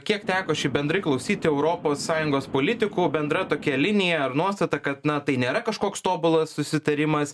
kiek teko šiaip bendrai klausyti europos sąjungos politikų bendra tokia linija ar nuostata kad na tai nėra kažkoks tobulas susitarimas